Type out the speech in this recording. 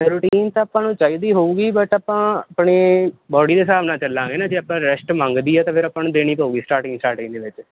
routine ਤਾਂ ਆਪਾਂ ਨੂੰ ਚਾਹੀਦੀ ਹੋਵੇਗੀ ਬਟ ਆਪਾਂ ਆਪਣੇ ਬਾਡੀ ਦੇ ਹਿਸਾਬ ਨਾਲ ਚੱਲਾਂਗੇ ਨਾ ਜੇ ਆਪਾਂ ਰੈਸਟ ਮੰਗਦੀ ਹੈ ਤਾਂ ਫਿਰ ਆਪਾਂ ਨੂੰ ਦੇਣੀ ਪਵੇਗੀ ਸਟਾਰਟਿੰਗ ਸਟਾਰਟਿੰਗ ਦੇ ਵਿੱਚ